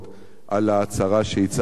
על ההצהרה שהצהרת פה, אדוני,